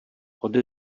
ode